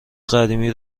قدیمی